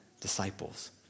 disciples